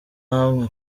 hamwe